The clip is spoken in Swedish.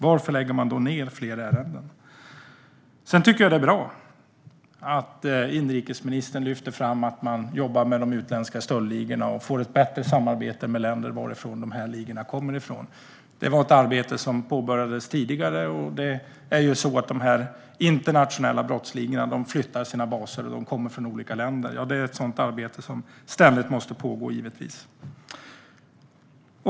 Jag tycker att det är bra att inrikesministern lyfter fram att man jobbar med de utländska stöldligorna och får ett bättre samarbete med de länder varifrån de här ligorna kommer. Det var ett arbete som påbörjades tidigare. Dessa internationella brottsligor flyttar sina baser och kommer från olika länder, och det är givetvis ett arbete som ständigt måste pågå.